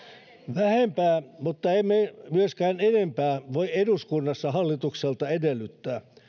vähempää mutta emme myöskään enempää voi eduskunnassa hallitukselta edellyttää